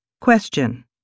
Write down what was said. Question